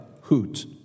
hoot